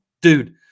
Dude